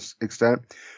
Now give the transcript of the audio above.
extent